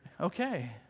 Okay